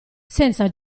senza